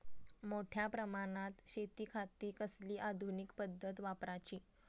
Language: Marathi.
मोठ्या प्रमानात शेतिखाती कसली आधूनिक पद्धत वापराची?